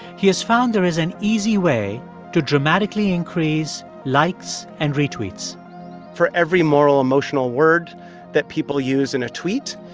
he has found there is an easy way to dramatically increase likes and retweets for every moral emotional word that people use in a tweet,